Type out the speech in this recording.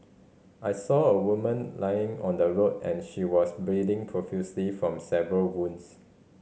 I saw a woman lying on the road and she was bleeding profusely from several wounds